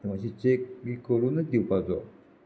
तें मात्शी चॅक बी करुनूच दिवपाचो